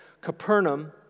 Capernaum